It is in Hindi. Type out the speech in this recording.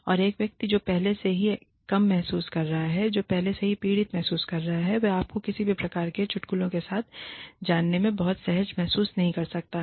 और एक व्यक्ति जो पहले से ही कम महसूस कर रहा है जो पहले से ही पीड़ित महसूस कर रहा है वह आपको किसी भी प्रकार के चुटकुलों के साथ जानने में बहुत सहज महसूस नहीं कर सकता है